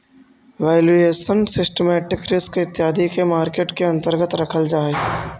valuation, systematic risk इत्यादि के market के अंतर्गत रखल जा हई